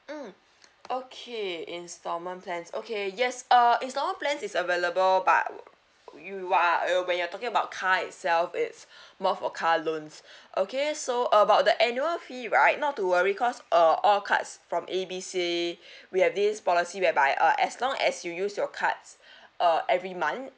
mm okay installment plans okay yes uh installment plans is available but you are uh when you're talking about car itself it's more for car loans okay so about the annual fee right not to worry cause uh all cards from A B C we have this policy whereby uh as long as you use your cards uh every month